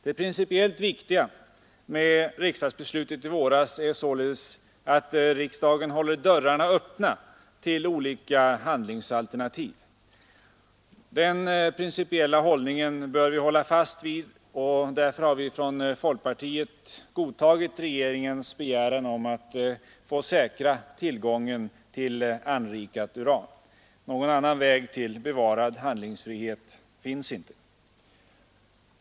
Det principiellt viktiga i beslutet i våras var således att riksdagen håller dörrarna öppna till olika handlingsalternativ. Denna principiella hållning bör vi hålla fast vid. Därför har folkpartiet godtagit regeringens begäran att få säkra tillgången till anrikat uran. Någon annan väg till bevarad handlingsfrihet finns inte.